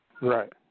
Right